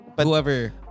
Whoever